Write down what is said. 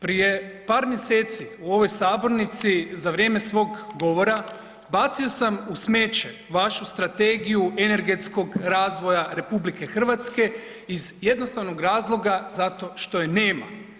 Prije par mjeseci u ovoj sabornici za vrijeme svog govora bacio sam u smeće vašu Strategiju energetskog razvoja RH iz jednostavnog razloga zato što je nema.